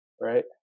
right